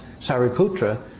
Sariputra